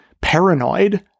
paranoid